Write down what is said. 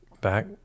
back